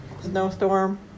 snowstorm